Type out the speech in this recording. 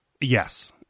Yes